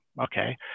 okay